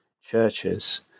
churches